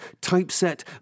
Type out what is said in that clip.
typeset